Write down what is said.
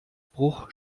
bruch